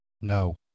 No